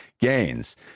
gains